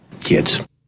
kids